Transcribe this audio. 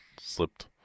slipped